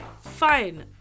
Fine